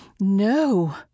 No